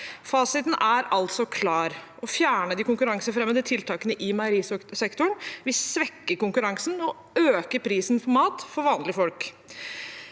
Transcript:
Fasiten er altså klar: Å fjerne de konkurransefremmende tiltakene i meierisektoren vil svekke konkurransen og øke prisen på mat for vanlige folk.